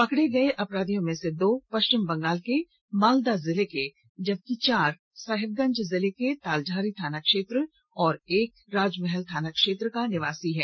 पकडे गए अपराधियों में से दो पश्चिम बंगाल के मालदा जिले के जबकि चार साहिबगंज जिले के तालझारी थाना क्षेत्र और एक राजमहल थाना क्षेत्र का निवासी है